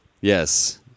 Yes